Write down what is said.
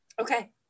Okay